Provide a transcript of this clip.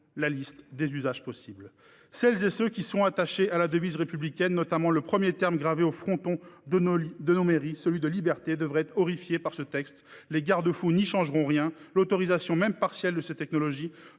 la liste des usages possibles. Celles et ceux qui sont attachés à la devise républicaine, notamment au premier terme gravé au fronton de nos mairies, celui de « liberté », devraient être horrifiés par ce texte. Les garde-fous n'y changeront rien : l'autorisation, même partielle, de ces technologies